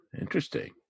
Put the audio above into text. interesting